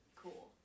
cool